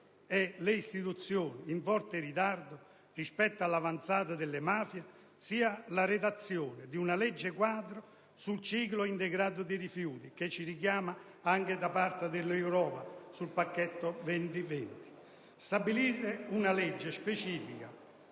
e le istituzioni in forte ritardo rispetto all'avanzata delle mafie sia la redazione di una legge quadro sul ciclo integrato dei rifiuti, cui siamo chiamati anche a livello europeo con il «Pacchetto 20-20-20». Stabilire, con una legge specifica,